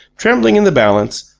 trembling in the balance,